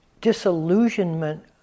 disillusionment